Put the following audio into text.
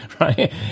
right